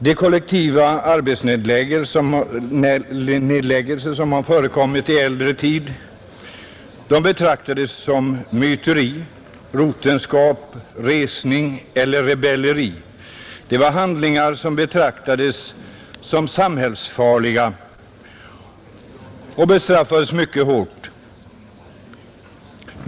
De kollektiva arbetsnedläggelser som förekom i äldre tid ansågs som myteri, rotenskap, resning eller rebelleri. Det var handlingar som betraktades som samhällsfarliga och bestraffades mycket hårt.